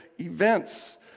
events